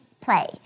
play